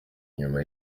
inyuma